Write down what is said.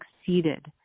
succeeded